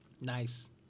Nice